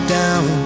down